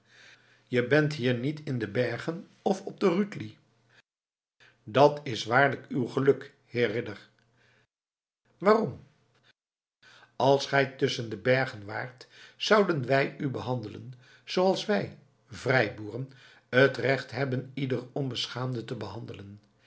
je bent hier niet in de bergen of op de rütli dat is waarlijk uw geluk heer ridder waarom als gij tusschen de bergen waart zouden wij u behandelen zooals wij vrijboeren het recht hebben iederen onbeschaamde te behandelen